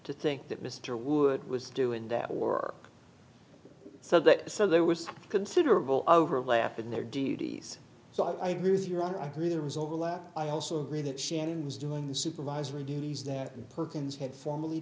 to think that mr wood was doing that work so that so there was considerable overlap in their duties so i agree with your honor i agree there was overlap i also agree that shannon was doing the supervisory duties that perkins had formally